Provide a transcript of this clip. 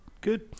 good